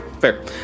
fair